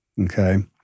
okay